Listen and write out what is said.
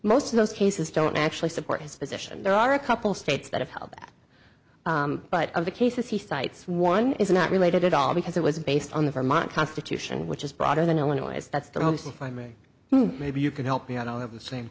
most of those cases don't actually support his position there are a couple states that have held that but of the cases he cites one is not related at all because it was based on the vermont constitution which is broader than illinois that's the most find me maybe you can help me out i'll have the same